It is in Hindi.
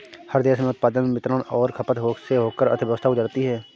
हर देश में उत्पादन वितरण और खपत से होकर अर्थव्यवस्था गुजरती है